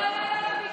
לא לא לא לא,